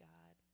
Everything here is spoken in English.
God